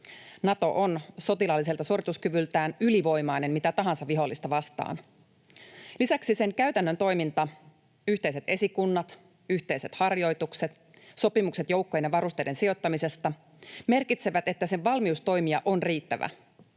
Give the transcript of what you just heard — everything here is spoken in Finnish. Nato on sotilaalliselta suorituskyvyltään ylivoimainen mitä tahansa vihollista vastaan. Lisäksi sen käytännön toiminta, yhteiset esikunnat, yhteiset harjoitukset ja sopimukset joukkojen ja varusteiden sijoittamisesta merkitsevät, että sen valmius toimia on riittävä.